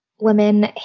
women